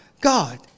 God